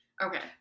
Okay